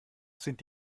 sind